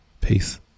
Peace